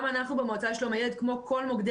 גם אנחנו במועצה לשלום הילד כמו כל מוקדי